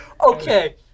Okay